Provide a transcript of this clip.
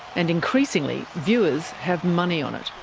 and increasingly, viewers have money on it.